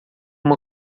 uma